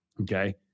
Okay